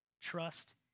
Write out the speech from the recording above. Trust